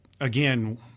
again